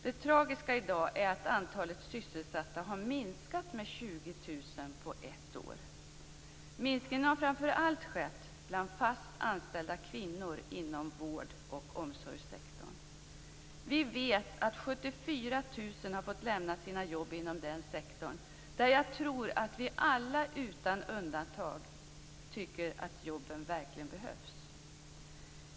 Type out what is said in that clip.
Det tragiska i dag är att antalet sysselsatta har minskat med 20 000 på ett år. Minskningen har framför allt skett bland fast anställda kvinnor inom vårdoch omsorgssektorn. Vi vet att 74 000 har fått lämna sina jobb inom den sektorn, där jag tror att vi alla utan undantag tycker att jobben verkligen behövs.